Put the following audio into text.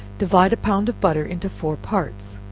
divide a pound of butter into four parts,